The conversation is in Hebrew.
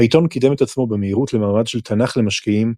העיתון קידם את עצמו במהירות למעמד של "תנ"ך למשקיעים",